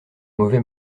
mauvais